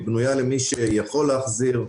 היא בנויה למי שיכול להחזיר,